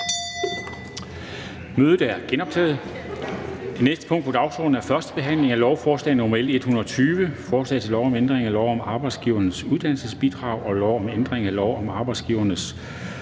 (Kl. 14:03). --- Det næste punkt på dagsordenen er: 40) 1. behandling af lovforslag nr. L 120: Forslag til lov om ændring af lov om Arbejdsgivernes Uddannelsesbidrag og lov om ændring af lov om Arbejdsgivernes Uddannelsesbidrag,